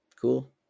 Cool